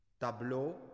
Tableau